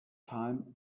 time